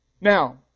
Now